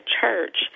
church